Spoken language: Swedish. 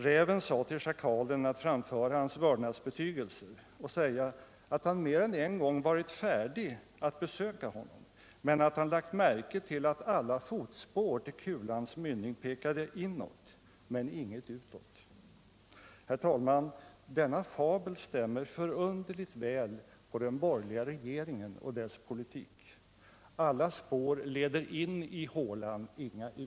Räven sade till schakalen att denne skulle framföra hans vördnadsbetygelser och säga att han mer än en gång varit färdig att besöka lejonet, men att han hade lagt märke till att alla fotspår till kulans mynning pekade inåt men inget utåt. Herr talman! Denna fabel stämmer förunderligt väl på den borgerliga regeringen och dess politik. Alla spår leder in i hålan, men inga ut.